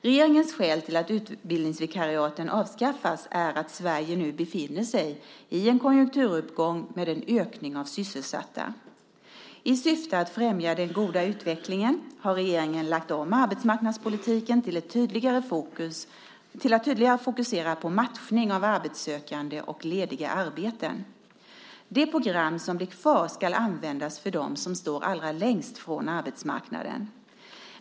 Regeringens skäl till att utbildningsvikariaten avskaffas är att Sverige nu befinner sig i en konjunkturuppgång med en ökning av sysselsatta. I syfte att främja den goda utvecklingen har regeringen lagt om arbetsmarknadspolitiken till att tydligare fokusera på matchning av arbetssökande och lediga arbeten. De program som blir kvar ska användas för dem som står allra längst från arbetsmarknaden.